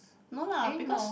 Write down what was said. eh no